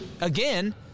again